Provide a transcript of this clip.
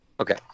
Okay